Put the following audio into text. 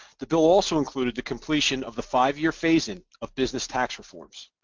the bill also included the completion of the five year phase in of business tax reforms.